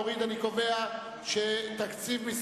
ההסתייגות של קבוצת סיעת מרצ לסעיף 04,